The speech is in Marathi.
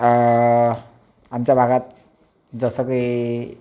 आमच्या भागात जसं काही